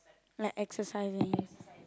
like exercising